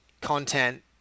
content